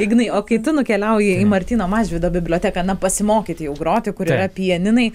ignai o kai tu nukeliauji į martyno mažvydo biblioteką na pasimokyti jau groti kur yra pianinai